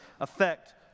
affect